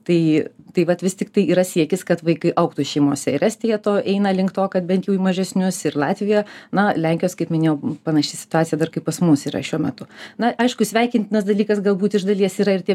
tai tai vat vis tiktai yra siekis kad vaikai augtų šeimose ir estija to eina link to kad bent jau į mažesnius ir latvija na lenkijos kaip minėjau panaši situacija dar kaip pas mus yra šiuo metu na aišku sveikintinas dalykas galbūt iš dalies yra ir tie